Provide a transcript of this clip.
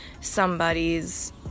somebody's